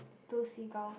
two seagull